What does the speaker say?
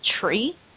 tree